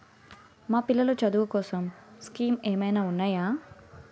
మా పిల్లలు చదువు కోసం స్కీమ్స్ ఏమైనా ఉన్నాయా?